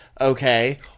Okay